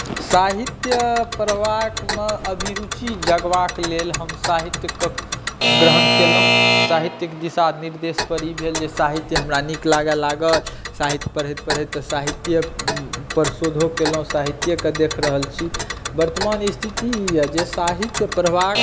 साहित्य पढबाकमे अभिरुचि जगबाक लेल हम साहित्यके ग्रहण कएलहुॅं साहित्यिक दिशा निर्देश पर ई भेल जे साहित्य हमरा नीक लागय लागल साहित्य पढैत पढैत तऽ साहित्ये पर शोधो कएलहुॅं साहित्ये कऽ देख रहल छी वर्तमान स्थिति ई यऽ जे साहित्य पढबाक